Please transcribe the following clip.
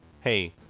hey